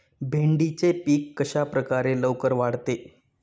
भेंडीचे पीक कशाप्रकारे लवकर वाढते?